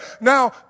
Now